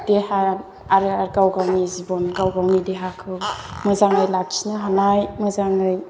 देहा आरो गाव गावनि जिबन गाव गावनि देहाखौ मोजाङै लाखिनो हानाय मोजाङै